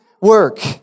work